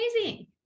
amazing